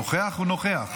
נוכח הוא נוכח.